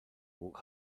walk